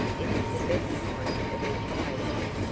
it is the best kind of education,